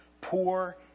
poor